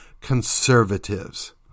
conservatives